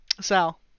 Sal